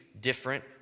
different